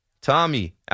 tommy